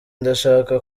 ndashaka